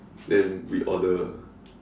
then we order